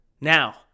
Now